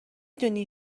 دونی